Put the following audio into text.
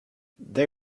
they